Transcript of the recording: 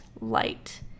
light